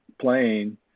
playing